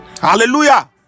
Hallelujah